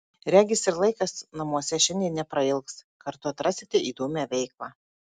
regis ir laikas namuose šiandien neprailgs kartu atrasite įdomią veiklą